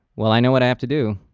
well, i know what i have to do.